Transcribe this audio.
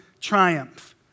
triumph